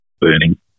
burning